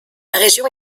région